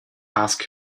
ask